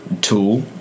tool